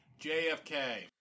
JFK